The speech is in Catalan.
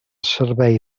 servei